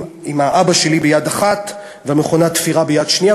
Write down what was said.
עם אבא שלי ביד אחת ומכונת התפירה ביד אחת.